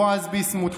בועז ביסמוט,